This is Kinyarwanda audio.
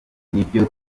nibyo